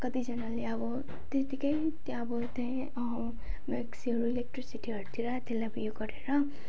कतिजनाले अब त्यतिकै त्यहाँ अब त्यहीँ मिक्सीहरू इलेक्ट्रिसिटीहरूतिर त्यसलाई अब उयो गरेर